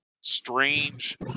strange